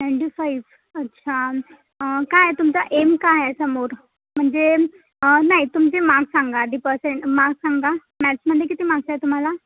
ninety five अच्छा काय तुमचं एम काय आहे समोर म्हणजे नाही तुमचे मार्क्स सांगा आधी पर्से मार्क्स सांगा मॅथ्समध्ये किती मार्क्स आहेत तुम्हाला